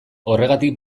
horregatik